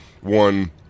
one